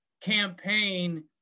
campaign